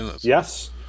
yes